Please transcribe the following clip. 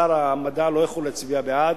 שר המדע לא יכול להצביע בעד,